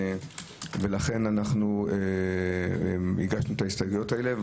לכן הגשנו את ההסתייגויות האלה.